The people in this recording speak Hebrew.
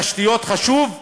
תשתיות, חשוב,